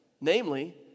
Namely